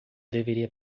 deveria